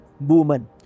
woman